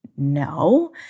no